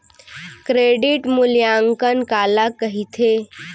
Credit मूल्यांकन काला कहिथे?